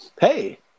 Hey